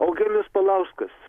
eugenijus paulauskas